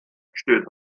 gestellt